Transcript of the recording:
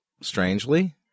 strangely